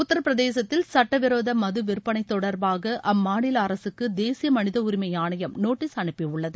உத்தரபிரதேசத்தில் சட்டவிரோத மது விற்பனை தொடர்பாக அம்மாநில அரசுக்கு தேசிய மனித உரிமை ஆணையம் நோட்டீஸ் அனுப்பியுள்ளது